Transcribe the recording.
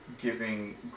giving